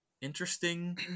interesting